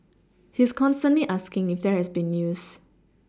he is constantly asking if there has been news